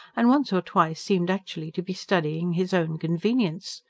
and once or twice seemed actually to be studying his own convenience.